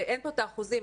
ואין פה את האחוזים,